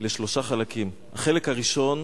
לשלושה חלקים: החלק הראשון,